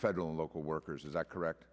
federal local workers is that correct